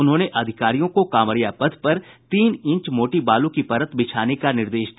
उन्होंने अधिकारियों को कांवरिया पथ पर तीन इंच मोटी बालू की परत बिछाने का निर्देश दिया